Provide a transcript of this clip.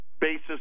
basis